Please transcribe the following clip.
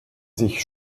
sich